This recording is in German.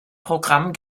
programm